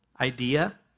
idea